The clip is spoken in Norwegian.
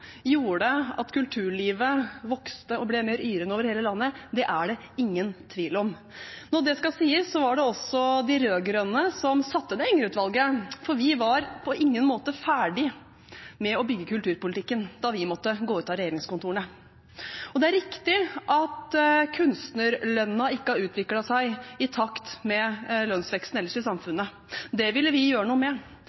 kulturlivet vokste og ble mer yrende over hele landet, er det ingen tvil om. Men det skal også sies at det var de rød-grønne som satte ned Enger-utvalget, for vi var på ingen måte ferdige med å bygge kulturpolitikken da vi måtte gå ut av regjeringskontorene. Det er riktig at kunstnerlønnen ikke har utviklet seg i takt med lønnsveksten ellers i